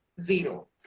zero